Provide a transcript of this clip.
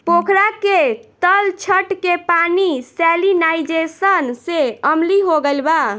पोखरा के तलछट के पानी सैलिनाइज़ेशन से अम्लीय हो गईल बा